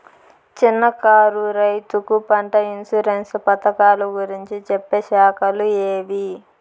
చిన్న కారు రైతుకు పంట ఇన్సూరెన్సు పథకాలు గురించి చెప్పే శాఖలు ఏవి?